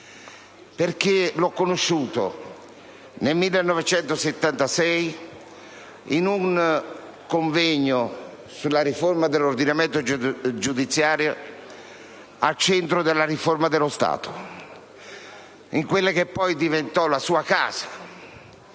perché l'ho conosciuto nel 1976 in un convegno sulla riforma dell'ordinamento giudiziario al Centro per la riforma dello Stato, in quella che poi diventò la sua casa.